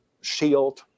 shield